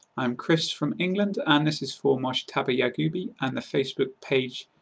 i'm chris from england and this is for mojtaba yaghoubi and the facebook page.